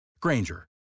Granger